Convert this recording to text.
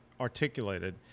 articulated